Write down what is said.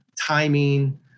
timing